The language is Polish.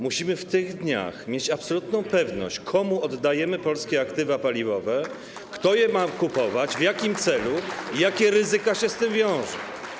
Musimy w tych dniach mieć absolutną pewność, komu oddajemy polskie aktywa paliwowe, kto je ma kupować, w jakim celu i jakie ryzyka się z tym wiążą.